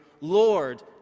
Lord